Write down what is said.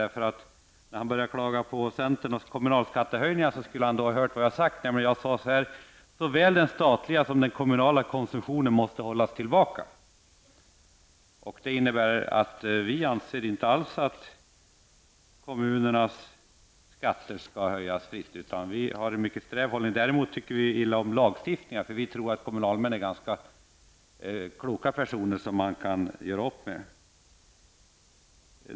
När han började klaga på centern och kommunalskattehöjningar borde han ha fått höra vad jag sade. Jag sade så här: Såväl den statliga som den kommunala konsumtionen måste hållas tillbaka. Det innebär att vi inte alls anser att kommunernas skatt skall höjas, utan vi har en mycket sträv hållning. Däremot tycker vi illa om lagstiftning. Vi tror att kommunalmän är ganska kloka personer som man kan göra upp med.